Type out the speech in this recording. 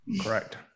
correct